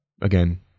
Again